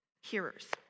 Hearers